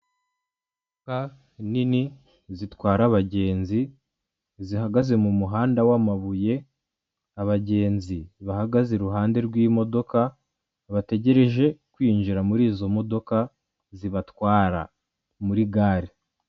Imodoka nini zitwara abagenzi zihagaze mu muhanda wamabuye, abagenzi bahagaze iruhande rw'imodoka bategereje kwinjira muri izo modoka zibatwara muri gare.